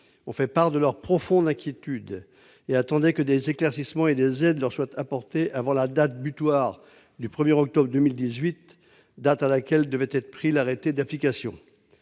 ont fait part de leurs profondes inquiétudes. Ils attendaient que des éclaircissements et des aides leur soient apportés avant la date butoir du 1octobre 2018, date à laquelle devait être pris l'arrêté d'application.